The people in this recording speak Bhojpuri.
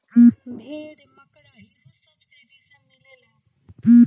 भेड़, मकड़ा इहो सब से रेसा मिलेला